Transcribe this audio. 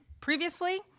previously